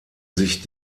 sich